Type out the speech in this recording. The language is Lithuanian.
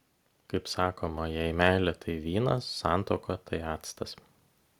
kaip sakoma jei meilė tai vynas santuoka tai actas